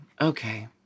okay